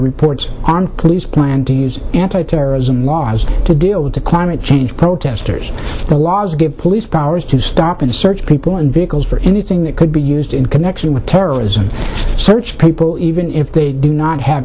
reports on police plan to use anti terrorism laws to deal with the climate change protestors there was good police powers to stop and search people in vehicles for anything that could be used in connection with terrorism search people even if they do not have